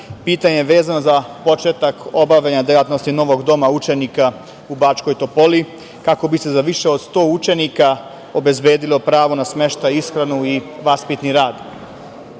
pitanje je vezano za početak obavljanja delatnosti novog doma učenika u Bačkoj Topoli, kako bi se za više od sto učenika obezbedilo pravo na smeštaj, ishranu i vaspitni